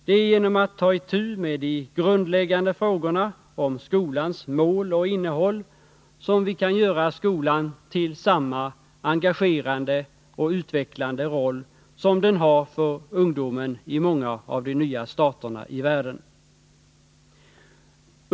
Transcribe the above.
Det är genom att ta itu med de grundläggande frågorna om skolans mål och innehåll som vi kan ge skolan samma engagerande och utvecklande roll som den har för ungdomen i många av de nya staterna i världen.